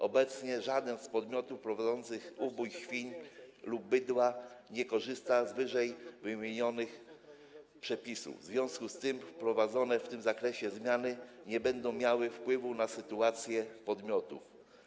Obecnie żaden z podmiotów prowadzących ubój świń lub bydła nie korzysta z ww. przepisów, w związku z tym wprowadzone w tym zakresie zmiany nie będą miały wpływu na sytuację podmiotów.